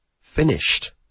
finished